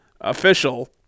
official